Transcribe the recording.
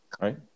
right